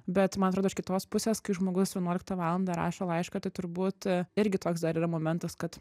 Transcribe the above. bet man atrodo iš kitos pusės kai žmogus vienuoliktą valandą rašo laišką tai turbūt irgi toks dar yra momentas kad